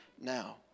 now